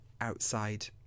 outside